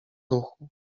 ruchu